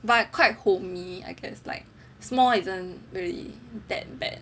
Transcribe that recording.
but quite homely I guess like small isn't really that bad